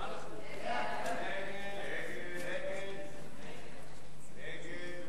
הצעת הסיכום